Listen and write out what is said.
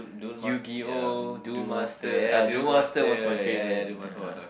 Yu-Gi-Oh Duel Master ah Duel Master was my favourite ah